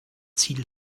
ziel